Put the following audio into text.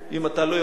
אם אתה לא יודע,